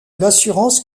l’assurance